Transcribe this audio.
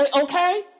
Okay